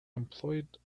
employed